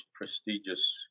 prestigious